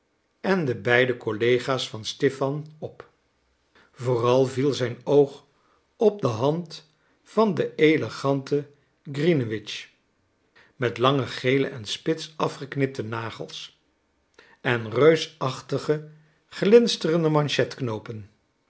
gezelschap de beide collega's van stipan op vooral viel zijn oog op de hand van den eleganten grinewitsch met lange gele en spits afgeknipte nagels en reusachtige glinsterende